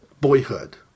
Boyhood